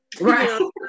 Right